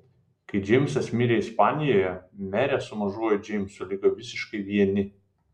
kai džeimsas mirė ispanijoje merė su mažuoju džeimsu liko visiškai vieni